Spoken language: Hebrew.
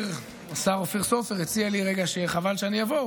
השר אופיר סופר הציע לי שחבל שאני אבוא,